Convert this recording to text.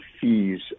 fees